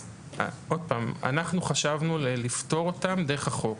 אז עוד פעם: אנחנו חשבנו לפטור אותם דרך החוק.